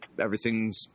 everything's